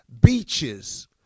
beaches